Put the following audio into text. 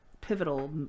Pivotal